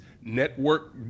network